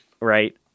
Right